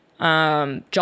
John